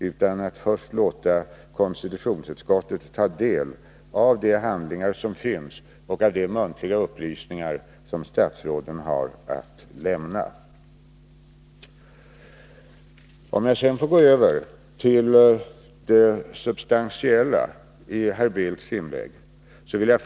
Man skall först låta konstitutionsutskottet ta del av de handlingar som finns och de muntliga upplysningar som statsråden har att lämna. Jag skall nu gå över till det substantiella i herr Bildts inlägg.